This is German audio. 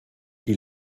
die